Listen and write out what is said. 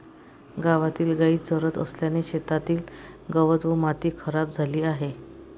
गावातील गायी चरत असल्याने शेतातील गवत व माती खराब झाली आहे